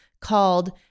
called